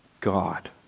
God